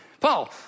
Paul